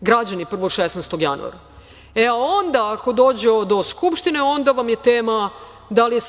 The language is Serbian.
ne žele 16. januara, a onda, ako dođe do Skupštine, onda vam je tema da li